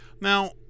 now